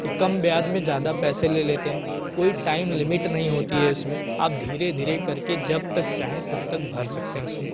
कि कम व्याज में ज़्यादा पैसे ले लेते हैं कोई टाइम लिमिट नहीं होती है उसमें आप धीरे धीरे करके जब तक चाहें तब तक भर सकते हैं उसमें